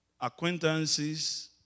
acquaintances